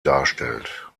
darstellt